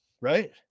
right